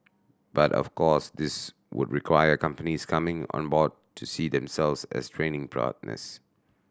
but of course this would require companies coming on board to see themselves as training partners